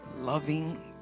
loving